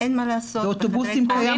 אין מה לעשות --- באוטובוסים קיים סיכון?